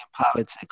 politics